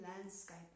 landscape